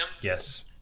Yes